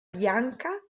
bianca